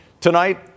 tonight